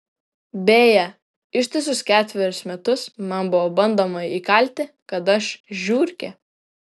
beje ištisus ketverius metus man buvo bandoma įkalti kad aš žiurkė